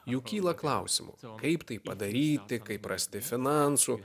juk kyla klausimų kaip tai padaryti kaip rasti finansų